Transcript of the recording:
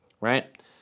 right